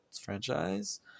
franchise